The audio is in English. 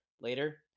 Later